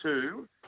two